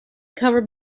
covered